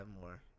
more